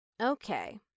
Okay